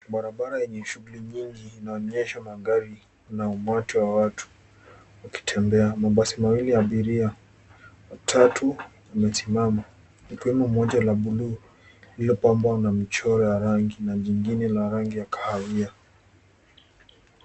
Barabara yenye shughuli nyingi inaonyesha mandhari na umati wa watu wakitembea. Mabasi mawili ya abiria ,watatu wamesimama. Ikiwemo moja la buluu lililopambwa na michoro ya rangi, na jingine la rangi ya kahawia.